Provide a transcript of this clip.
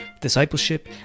discipleship